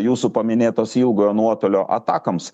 jūsų paminėtos ilgojo nuotolio atakoms